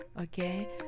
Okay